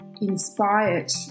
inspired